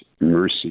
mercy